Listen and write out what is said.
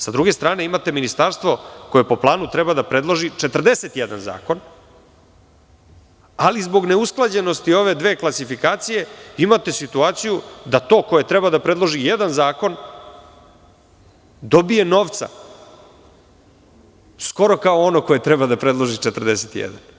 Sa druge strane, imate ministarstvo koje po planu treba da predloži 41 zakon, ali zbog neusklađenosti ove dve klasifikacije imate situaciju da to koje treba da predloži jedan zakon, dobije novca skoro kao ono koje treba da predloži 41.